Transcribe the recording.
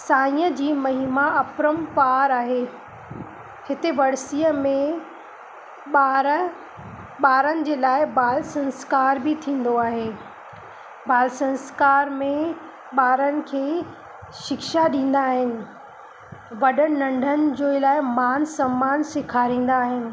साईंअ जी महिमा अपरंपार आहे हिते वर्सीअ में ॿार ॿारनि जे लाइ बाल संस्कार बि थींदो आहे बाल संस्कार में ॿारनि खे शिक्षा ॾींदा आहिनि वॾनि नंढनि जे लाइ मान सम्मान सेखारींदा आहिनि